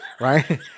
right